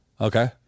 Okay